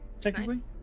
technically